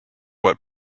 what